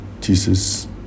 Jesus